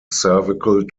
cervical